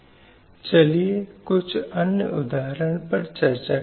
कई अन्य दायित्व थे जिन्हें भी निर्धारित किया गया था लेकिन यह अनिवार्य रूप से इसके मूल में था